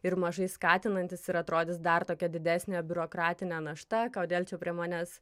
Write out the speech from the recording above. ir mažai skatinantys ir atrodys dar tokia didesnė biurokratinė našta kodėl čia prie manęs